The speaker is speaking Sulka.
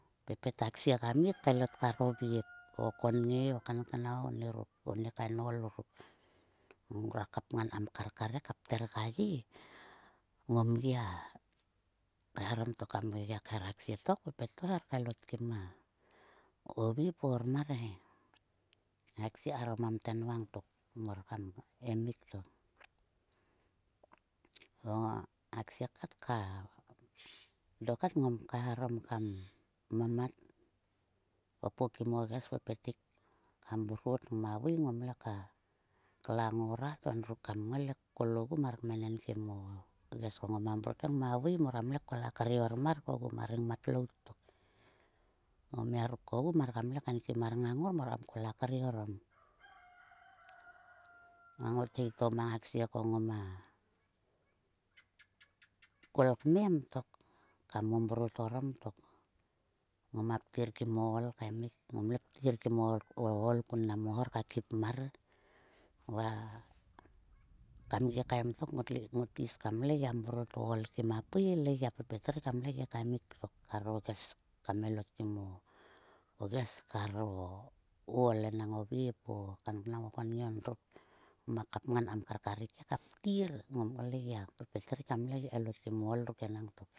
Pepet a ksie ka mit elot kan o vep, o konge o kanknao onieruk, o ni kain ol ruk. Nguak kapngan kam kankar he ka pter ka ye. Ngom gia kaeharom tok kam gia kher a ksie tok pet to kaelot kim a o vep o ormar he. A ksie karo mamten vang tok mor kam emik tok. Va a ksie kat ka do kat ngom kaeharom kam mamat. Popoim o ges pepet tik kam mrot ngama vui ngomle ka klang o rat onfruk kam ngai kol ogu mar kmenenkim o ges ko ngoma mrot he ngama vui mor kam le kol a kre ormar ogu ma rengmat lout tok. O mia ruk kogu kam le kainkine mar ngang ngor kam kol a kre orom. a ngothi to ma ksie ngoma kol kmem tok. Kam momret orom tok. Ngama ptir kim o ool kaemik, ngomle ka ptir kim o ool kun mo hor ka khi pmar va kam gikaen tok ongot lo gi is kam mrot o ool enang o vep o kankanu o konnge ondruk ngoma kapngan kam karkaruk he ka ptir ngomle gia pepet rik kmelot kim o tgoluk enang tok.